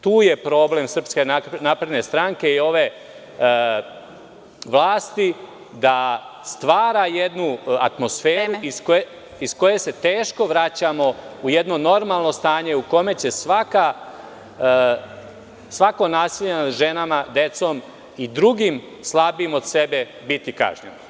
Tu je problem SNS i ove vlasti da stvara jednu atmosferu iz koje se teško vraćamo u jedno normalno stanje u kome će svako nasilje nad ženama, decom i drugim slabijim od sebe biti kažnjeno.